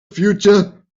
future